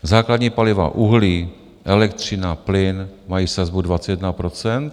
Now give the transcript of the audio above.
Základní paliva, uhlí, elektřina, plyn mají sazbu 21 %.